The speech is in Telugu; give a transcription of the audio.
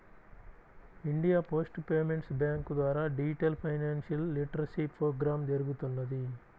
ఇండియా పోస్ట్ పేమెంట్స్ బ్యాంక్ ద్వారా డిజిటల్ ఫైనాన్షియల్ లిటరసీప్రోగ్రామ్ జరుగుతున్నది